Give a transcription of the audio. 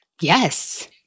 Yes